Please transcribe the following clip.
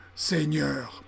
Seigneur